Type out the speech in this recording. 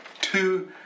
Two